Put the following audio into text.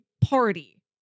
party